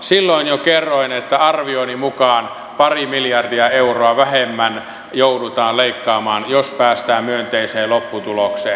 silloin jo kerroin että arvioni mukaan pari miljardia euroa vähemmän joudutaan leikkaamaan jos päästään myönteiseen lopputulokseen